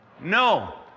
No